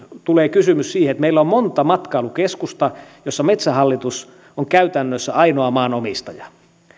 tulee kysymys siitä että meillä on monta matkailukeskusta joissa metsähallitus on käytännössä ainoa maanomistaja